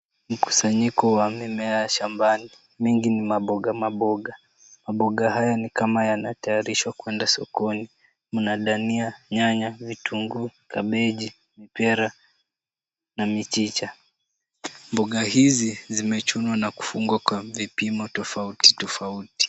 Mkusanyiko wa mimea ya shambani. Mingi ni maboga maboga. Maboga haya ni kama yanatayarishwa kuenda sokoni, mna dania, nyanya, vitunguu, kabeji, mipira na michicha. Mboga hizi zimechuanwa na kupimwa kwa vipimo tofauti tofauti.